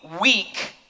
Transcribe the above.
weak